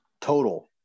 total